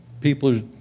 people